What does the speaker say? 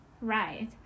Right